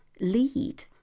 lead